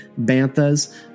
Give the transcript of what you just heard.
Banthas